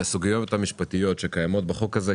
בסוגיות המשפטיות שקיימות בחוק הזה.